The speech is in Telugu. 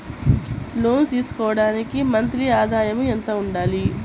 లోను తీసుకోవడానికి మంత్లీ ఆదాయము ఎంత ఉండాలి?